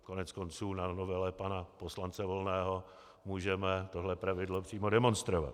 Koneckonců na novele pana poslance Volného můžeme tohle pravidlo přímo demonstrovat.